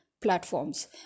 platforms